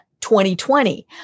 2020